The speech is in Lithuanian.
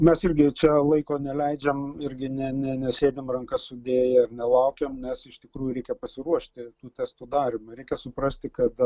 mes irgi čia laiko neleidžiam irgi ne ne nesėdim rankas sudėję nelaukiam nes iš tikrųjų reikia pasiruošti tų testų darymui reikia suprasti kad